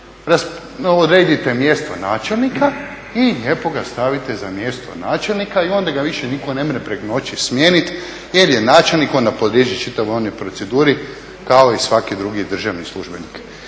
odredite mjesto načelnika i lijepo ga stavite za mjesto načelnika i onda ga više nitko ne može preko noći smijeniti jer je načelnik, on ne podliježe čitavoj onoj državnoj proceduri kao i svaki državni službenik.